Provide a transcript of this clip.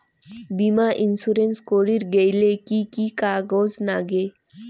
বীমা ইন্সুরেন্স করির গেইলে কি কি কাগজ নাগে?